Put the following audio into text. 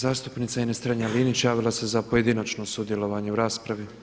Zastupnica Ines Strenja-Linić javila se za pojedinačno sudjelovanje u raspravi.